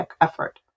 effort